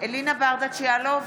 אלינה ברדץ' יאלוב,